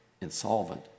insolvent